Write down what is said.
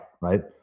right